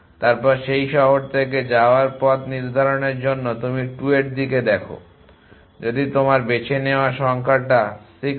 তারপর সেই শহর থেকে যাওয়ার পথ নির্ধারণের জন্য তুমি 2 এর দিকে দেখো যদি তোমার বেছে নেওয়া সংখ্যাটা 6 হয়